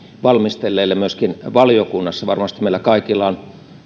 valmistelleille myöskin valiokunnassa varmasti meillä kaikilla on